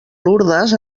lourdes